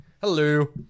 hello